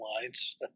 lines